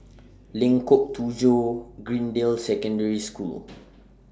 Lengkong Tujuh Greendale Secondary School